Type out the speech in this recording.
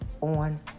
on